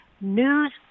News